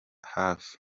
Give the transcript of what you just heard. hafi